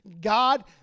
God